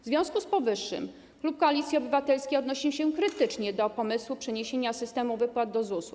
W związku z powyższym klub Koalicji Obywatelskiej odnosi się krytycznie do pomysłu przeniesienia systemu wypłat do ZUS.